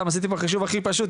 סתם עשיתי פה חישוב הכי פשוט,